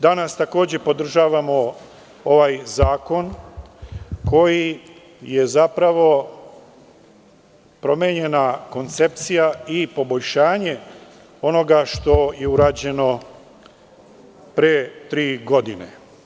Danas takođe podržavamo ovaj zakon kojim je zapravo promenjena koncepcija i poboljšanje onoga što je urađeno pre tri godine.